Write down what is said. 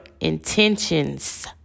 intentions